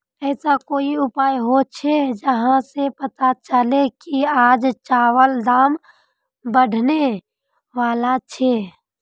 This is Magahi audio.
ऐसा कोई उपाय होचे जहा से पता चले की आज चावल दाम बढ़ने बला छे?